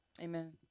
Amen